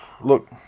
Look